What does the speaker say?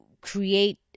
create